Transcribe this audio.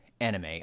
anime